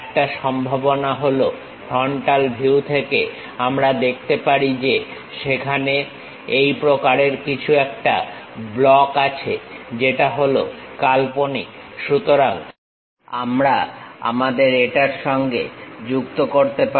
একটা সম্ভাবনা হলো ফ্রন্টাল ভিউ থেকে আমরা দেখতে পারি যে সেখানে এই প্রকারের কিছু একটা ব্লক আছে যেটা হলো কাল্পনিক সুতরাং আমরা আমাদের এটার সঙ্গে যুক্ত করতে পারি